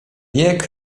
bieg